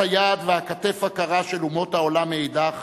גיסא ואל מול אוזלת היד והכתף הקרה של אומות העולם מאידך